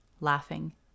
laughing